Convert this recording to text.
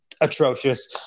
atrocious